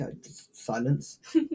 silence